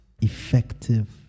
effective